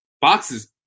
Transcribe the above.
boxes